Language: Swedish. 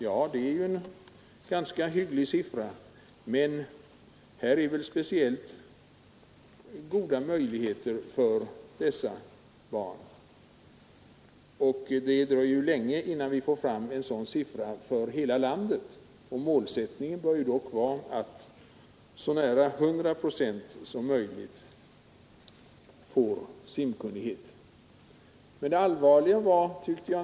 Ja, det är en ganska hygglig siffra, men här i Stockholm är väl möjligheterna för barnen speciellt goda, och det dröjer länge innan vi får fram en sådan siffra för hela landet. Målsättningen bör dock vara att så nära 100 procent av befolkningen som möjligt kan simma.